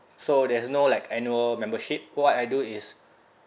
so there's no like annual membership what I do is